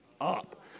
up